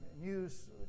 news